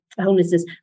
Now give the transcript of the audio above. homelessness